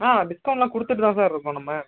ஆ டிஸ்கௌண்ட்லாம் கொடுத்துட்டு தான் சார் இருக்கோம் நம்ம